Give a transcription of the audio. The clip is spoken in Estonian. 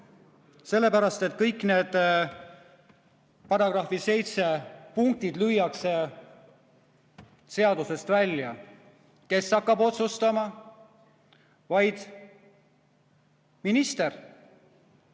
Sellepärast et kõik need § 7 punktid lüüakse seadusest välja. Kes hakkab otsustama? Vaid minister.